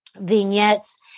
vignettes